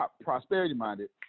prosperity-minded